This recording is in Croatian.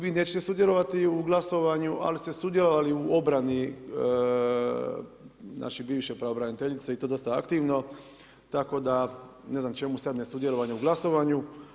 Vi nećete sudjelovati u glasovanju, ali ste sudjelovali u obrani naše bivše pravobraniteljice i to dosta aktivno, tako da ne znam čemu sad nesudjelovanje u glasovanju.